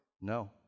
No